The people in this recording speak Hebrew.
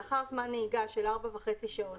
לאחר זמן נהיגה של ארבע וחצי שעות,